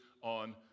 on